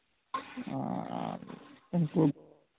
ᱚ ᱟᱨ ᱩᱱᱠᱩ